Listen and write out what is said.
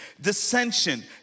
dissension